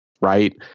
right